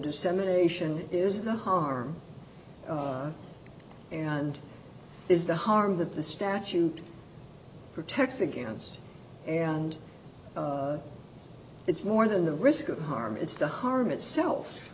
dissemination is the harm and is the harm that the statute protects against and it's more than the risk of harm it's the harm itself